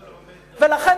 ולכן,